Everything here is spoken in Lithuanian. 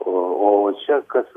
o čia kas